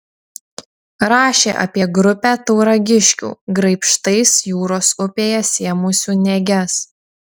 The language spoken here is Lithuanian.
rašė apie grupę tauragiškių graibštais jūros upėje sėmusių nėges